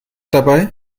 dabei